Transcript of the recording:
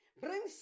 Bring